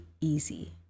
easy